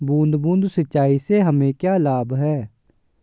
बूंद बूंद सिंचाई से हमें क्या लाभ है?